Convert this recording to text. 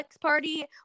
party